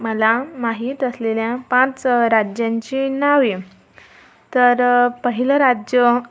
मला माहीत असलेल्या पाच राज्यांची नावे तर पहिलं राज्य